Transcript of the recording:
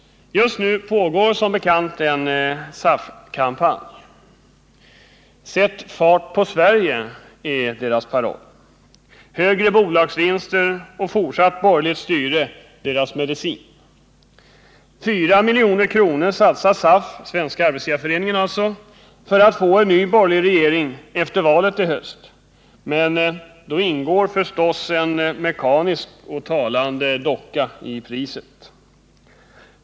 Just nu pågår som bekant en SAF-kampanj. ”Sätt fart på Sverige” är dess paroll. Högre bolagsvinster och fortsatt borgerligt styre är dess medicin. 4 milj.kr. satsar SAF — Svenska arbetsgivareföreningen — för att få en ny borgerlig regering efter valet i höst, men då ingår förstås en mekanisk och talande docka i priset.